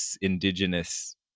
indigenous